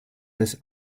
das